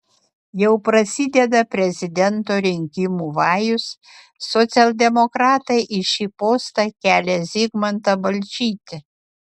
jau prasideda prezidento rinkimų vajus socialdemokratai į šį postą kelią zigmantą balčytį